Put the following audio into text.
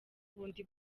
bundi